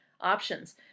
options